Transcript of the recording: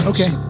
Okay